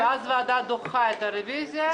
ואז הוועדה דוחה את הרוויזיה.